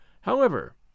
However